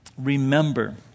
Remember